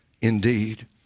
indeed